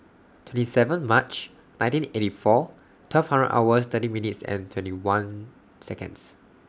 twenty seven March nineteen eighty four twelve hundred hours thirty minutes and twenty one Seconds